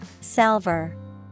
Salver